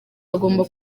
agomba